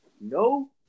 No